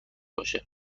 باشه